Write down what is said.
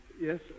Yes